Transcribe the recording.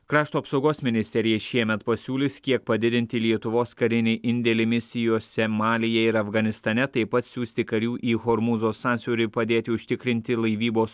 krašto apsaugos ministerija šiemet pasiūlys kiek padidinti lietuvos karinį indėlį misijose malyje ir afganistane taip pat siųsti karių į hormūzo sąsiaurį padėti užtikrinti laivybos